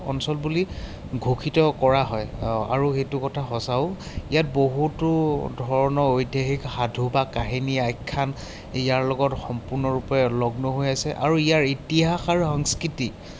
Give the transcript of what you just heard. অঞ্চল বুলি ঘোষিত কৰা হয় আৰু এইটো কথা সঁচাও ইয়াত বহুতো ধৰণৰ ঐতিহাসিক সাধু বা কাহিনী আখ্যান ইয়াৰ লগত সম্পূৰ্ণৰূপে লগ্ন হৈ আছে আৰু ইয়াৰ ইতিহাস আৰু সংস্কৃতি